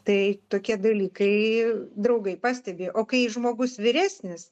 tai tokie dalykai draugai pastebi o kai žmogus vyresnis